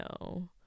no